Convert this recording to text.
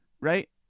right